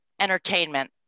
entertainment